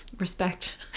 respect